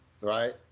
right